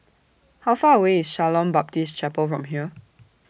How Far away IS Shalom Baptist Chapel from here